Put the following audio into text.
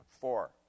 Four